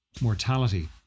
Mortality